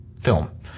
film